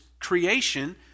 creation